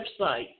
website